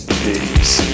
peace